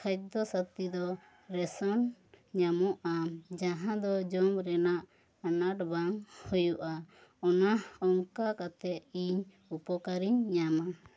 ᱠᱷᱟᱫᱽᱫᱚ ᱥᱟᱹᱛᱷᱤ ᱫᱚ ᱨᱟᱥᱚᱱ ᱧᱟᱢᱚᱜᱼᱟᱱ ᱡᱟᱦᱟᱸ ᱫᱚ ᱡᱚᱢ ᱨᱮᱱᱟᱜ ᱟᱱᱟᱴ ᱵᱟᱝ ᱦᱩᱭᱩᱜᱼᱟ ᱚᱱᱟ ᱚᱝᱠᱟ ᱠᱟᱛᱮᱫ ᱤᱧ ᱩᱯᱚᱠᱟᱨᱤᱧ ᱧᱟᱢᱟ